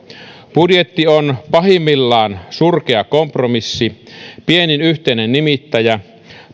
budjetti on pahimmillaan surkea kompromissi pienin yhteinen nimittäjä